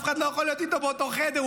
אף אחד לא יכול להיות איתו באותו חדר,